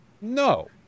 No